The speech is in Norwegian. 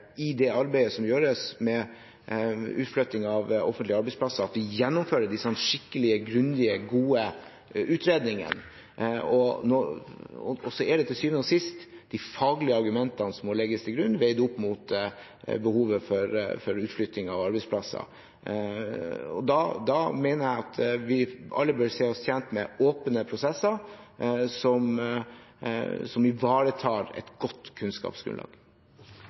i det arbeidet som gjøres med utflytting av offentlige arbeidsplasser, at vi gjennomfører disse skikkelige, grundige, gode utredningene. Og så er det til syvende og sist de faglige argumentene som må legges til grunn, veid opp mot behovet for utflytting av arbeidsplasser. Da mener jeg at vi alle bør se oss tjent med åpne prosesser som ivaretar et godt kunnskapsgrunnlag.